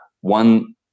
One